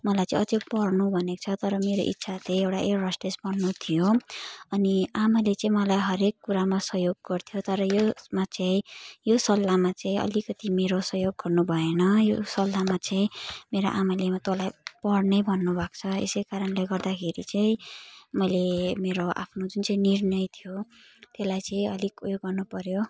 मलाई चाहिँ अझ पढ्नु भनेको छ तर मेरो इच्छा चाहिँ एयर हस्टेस बन्नु थियो अनि आमाले चाहिँ मलाई हरएक कुरामा सहयोग गर्थ्यो तर यसमा चाहिँ यो सल्लाहमा चाहिँ अलिकति मेरो सहयोग गर्नु भएन यो सल्लाहमा चाहिँ मेरो आमाले तँलाई पढ्नै भन्नु भएको छ यस कारणले गर्दाखेरि चाहिँ मैले मेरो आफ्नो जुन चाहिँ निर्णय थियो त्यसलाई चाहिँ अलिक उयो गर्नु पर्यो